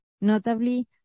notably